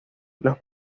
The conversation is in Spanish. los